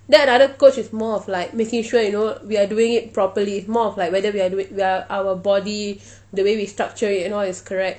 than another coach with more of like making sure you know we are doing it properly it's more of like whether we are doing we are our body the way we structure it and all is correct